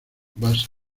basa